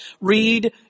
Read